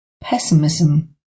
pessimism